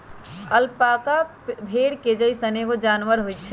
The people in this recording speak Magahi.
अलपाका भेड़ के जइसन एगो जानवर होई छई